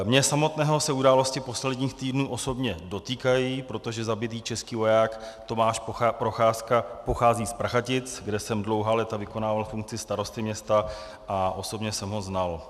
Mě samotného se události posledních týdnů osobně dotýkají, protože zabitý český voják Tomáš Procházka pochází z Prachatic, kde jsem dlouhá léta vykonával funkci starosty města, a osobně jsem ho znal.